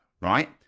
right